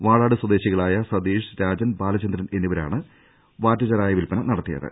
വാളാട് സ്വദേശികളായ സതീഷ് രാജൻ ബാല ചന്ദ്രൻ എന്നിവരാണ് വാറ്റ് ചാരയ വിൽപ്പന നടത്തിയത്